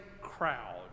crowd